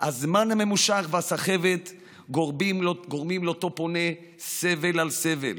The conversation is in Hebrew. הזמן הממושך והסחבת גורמים לאותו פונה סבל על סבל.